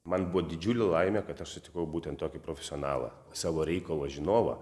man buvo didžiulė laimė kad aš sutikau būtent tokį profesionalą savo reikalo žinovą